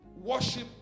Worship